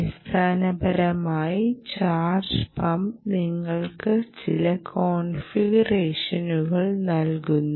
അടിസ്ഥാനപരമായി charge pump നിങ്ങൾക്ക് ചില കോൺഫിഗറേഷനുകൾ നൽകുന്നു